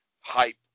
hype